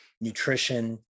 nutrition